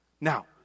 Now